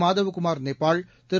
Madhavakumar Nepal Thiru